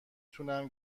تونم